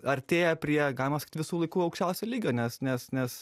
artėja prie galima sakyt visų laikų aukščiausio lygio nes nes nes